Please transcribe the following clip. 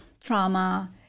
trauma